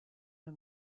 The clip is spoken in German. nur